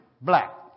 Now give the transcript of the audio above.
Black